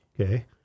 Okay